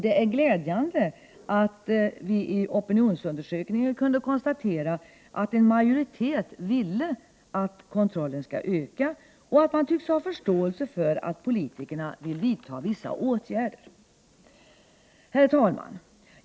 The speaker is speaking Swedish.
Det är glädjande att vi i opinionsundersökningen kunde konstatera att en majoritet ville att kontrollen skall öka och att man tycks ha förståelse för att politikerna vill vidta vissa åtgärder. Herr talman!